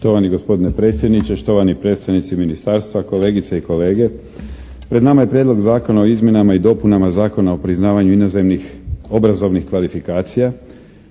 Štovani gospodine predsjedniče, štovani predstavnici ministarstva, kolegice i kolege. Pred nama je Prijedlog zakona o izmjenama i dopunama Zakona o priznavanju inozemnih obrazovnih kvalifikacijama